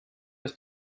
ist